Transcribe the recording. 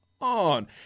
on